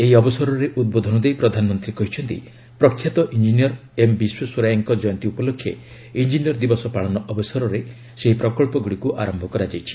ଏହି ଅବସରରେ ଉଦ୍ବୋଧନ ଦେଇ ପ୍ରଧାନମନ୍ତ୍ରୀ କହିଛନ୍ତି ପ୍ରଖ୍ୟାତ ଇଞ୍ଜିନିୟର ଏମ୍ ବିଶ୍ୱେସ୍ୱରୈୟାଙ୍କ ଜୟନ୍ତୀ ଉପଲକ୍ଷେ ଇଞ୍ଜିନିୟର ଦିବସ ପାଳନ ଅବସରରେ ଏହି ପ୍ରକଳ୍ପଗୁଡ଼ିକୁ ଆରୟ କରାଯାଇଛି